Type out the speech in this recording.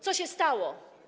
Co się stało?